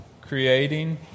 creating